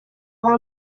hamwe